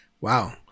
wow